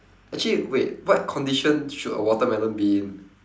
actually wait what condition should a watermelon be in